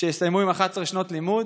שיסיימו עם 11 שנות לימוד?